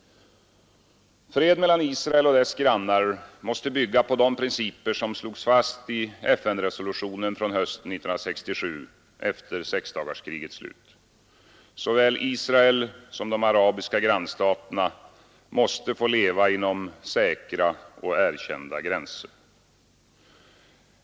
Fred mellan Israel och dess grannar måste bygga på de principer som slogs fast i FN-resolutionen från hösten 1967 efter sexdagarskrigets slut. Såväl Israel som de arabiska grannstaterna måste få leva inom säkra och erkända gränser.